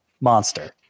Monster